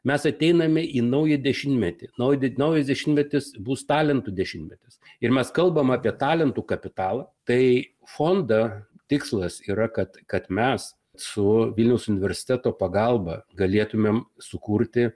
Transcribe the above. mes ateiname į naują dešimtmetį nau naujas dešimtmetis bus talentų dešimtmetis ir mes kalbam apie talentų kapitalą tai fondą tikslas yra kad kad mes su vilniaus universiteto pagalba galėtumėm sukurti